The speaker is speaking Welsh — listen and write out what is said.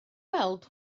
weld